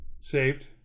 saved